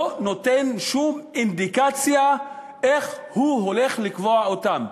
נותן שום אינדיקציה איך הוא הולך לקבוע אותן.